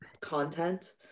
content